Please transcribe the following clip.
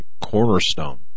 cornerstone